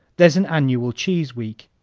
there's an annual cheese week,